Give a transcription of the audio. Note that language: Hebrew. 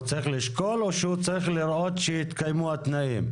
הוא צריך לשקול או שהוא צריך לראות שהתקיימו התנאים?